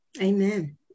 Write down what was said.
Amen